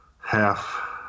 half